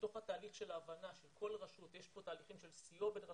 בתוך התהליך של ההבנה שלכל רשות יש תהליכים של סיוע בין רשויות,